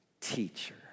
teacher